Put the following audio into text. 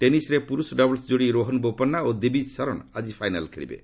ଟେନିସ୍ରେ ପୁରୁଷ ଡବଲ୍ୱ ଯୋଡ଼ି ରୋହନ ବୋପନ୍ନା ଓ ଦିବିଜ୍ ସରନ୍ ଆଜି ଫାଇନାଲ୍ ଖେଳିବେ